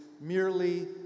merely